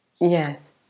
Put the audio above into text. yes